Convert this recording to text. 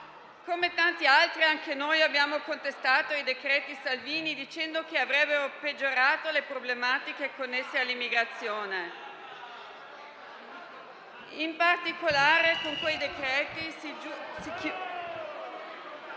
Come tanti altri, anche noi abbiamo contestato i decreti Salvini, dicendo che avrebbero peggiorato le problematiche connesse all'immigrazione. In particolare, con quei decreti ...